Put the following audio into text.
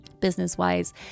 business-wise